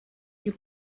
you